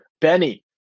Benny